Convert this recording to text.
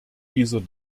dieser